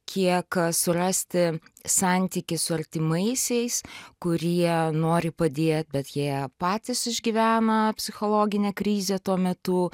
kiek surasti santykį su artimaisiais kurie nori padėt bet jie patys išgyvena psichologinę krizę tuo metu